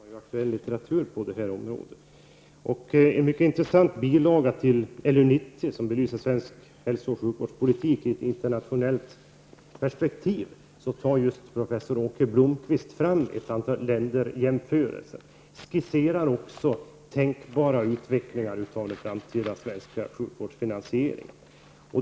Fru talman! Till sist: För den som är intresserad av att studera finns det mycket aktuell litteratur på det här området. I en mycket intressant bilaga till LU 90, som belyser svensk hälso och sjukvårdspolitik i ett internationellt perspektiv, gör professor Åke Blomqvist en jämförelse mellan ett antal länder och skisserar också tänkbara utvecklingar inom den framtida svenska sjukvårdsfinansieringen.